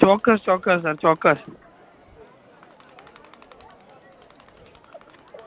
ચોક્કસ ચોક્કસ સર ચોક્કસ